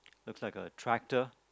looks like a tractor